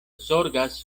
zorgas